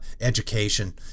education